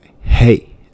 Hey